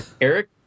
Eric